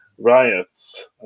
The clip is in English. riots